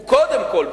הוא קודם כול,